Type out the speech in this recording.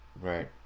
Right